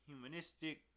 humanistic